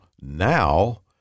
now